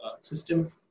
system